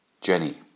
Jenny